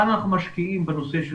כמה אנחנו משקיעים של שחייה?